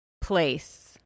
place